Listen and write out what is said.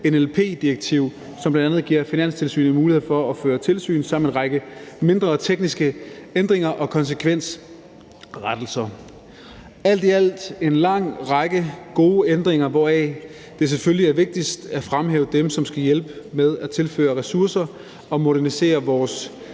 NPL-direktiv, som bl.a. giver Finanstilsynet muligheder for at føre tilsyn, samt en række mindre tekniske ændringer og konsekvensrettelser. Alt i alt er det en lang række gode ændringer, hvoraf det selvfølgelig er vigtigst at fremhæve dem, som skal hjælpe med at tilføre ressourcer og modernisere vores